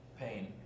pain